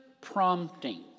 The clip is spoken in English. prompting